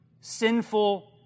sinful